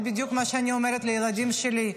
זה בדיוק מה שאני אומרת לילדים שלי,